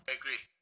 agree